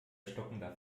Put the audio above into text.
stockender